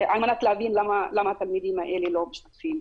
על מנת להבין למה התלמידים האלה לא משתתפים.